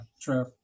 true